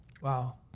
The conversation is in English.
wow